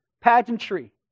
pageantry